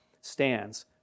stands